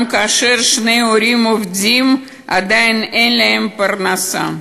גם כאשר שני ההורים עובדים, עדיין אין להם פרנסה.